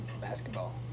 basketball